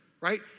right